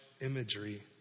imagery